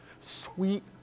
sweet